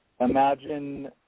Imagine